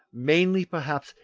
mainly perhaps,